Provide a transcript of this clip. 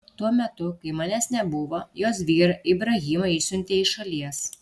tuo metu kai manęs nebuvo jos vyrą ibrahimą išsiuntė iš šalies